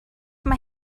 mae